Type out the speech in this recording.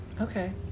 Okay